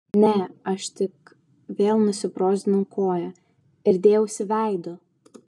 ne aš tik vėl nusibrozdinau koją ir dėjausi veidu